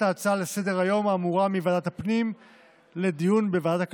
ההצעה לסדר-היום האמורה מוועדת הפנים לדיון בוועדת הכלכלה.